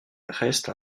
reste